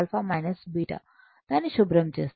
దానిని శుభ్రం చేస్తాను